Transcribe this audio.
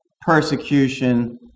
Persecution